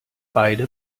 beide